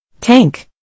Tank